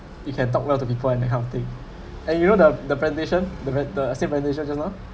you can talk well to people and that kind of thing and you know the the presentation the the same presentation just now